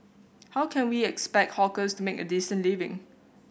how can we expect hawkers to make a decent living